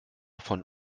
von